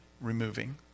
removing